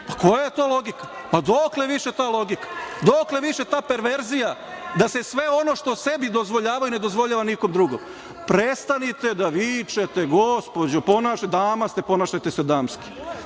Pa, koja je to logika? Dokle više ta logika? Dokle više ta perverzija da se sve ono što sebi dozvoljavaju ne dozvoljava nikom drugom. Prestanite da vičete gospođo, dama ste, ponašajte se damski,